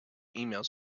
emails